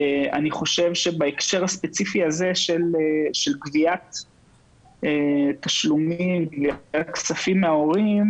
אני חושב שבהקשר הספציפי הזה של קביעת תשלומים וגביית כספים מההורים,